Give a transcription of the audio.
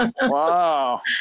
Wow